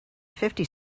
fifty